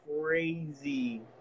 crazy